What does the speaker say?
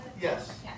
Yes